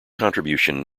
contribution